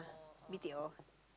B_T_O